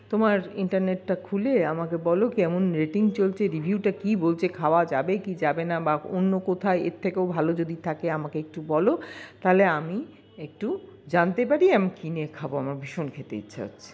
তোমার ইন্টারনেটটা খুলে আমাকে বলো কেমন রেটিং চলছে রিভিউটা কী বলছে খাওয়া যাবে কি যাবে না বা অন্য কোথাও এর থেকেও ভালো যদি থাকে আমাকে একটু বলো তাহলে আমি একটু জানতে পারি আমি কিনে খাবো আমার ভীষণ খেতে ইচ্ছা হচ্ছে